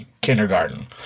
kindergarten